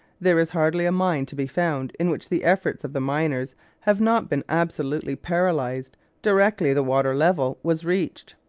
there is hardly a mine to be found in which the efforts of the miners have not been absolutely paralyzed directly the water-level was reached.